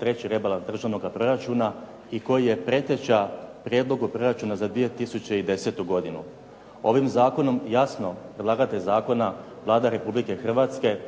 treći rebalans državnoga proračuna i koji je preteča prijedlogu proračuna za 2010. godinu. Ovim zakonom jasno predlagatelj zakona Vlada Republike Hrvatske